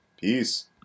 peace